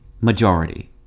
majority